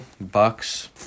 Bucks